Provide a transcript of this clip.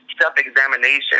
self-examination